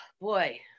boy